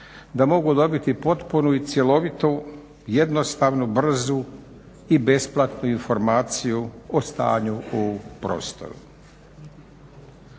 da mogu dobiti potpunu i cjelovitu jednostavnu brzu i besplatnu informaciju o stanju u prostoru.